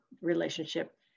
relationship